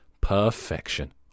Perfection